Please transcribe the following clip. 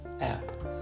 app